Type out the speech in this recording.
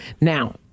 Now